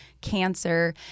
cancer